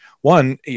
One